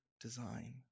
design